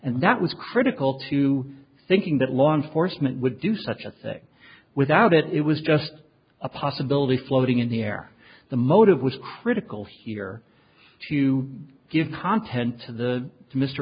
that was critical to thinking that law enforcement would do such a thing without it was just a possibility floating in the air the motive was critical here to give content to the